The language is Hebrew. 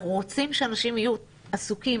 אנחנו רוצים שאנשים יהיו עסוקים,